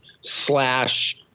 slash